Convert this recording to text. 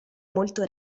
molto